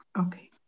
Okay